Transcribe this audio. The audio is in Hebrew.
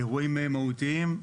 אירועים מהותיים.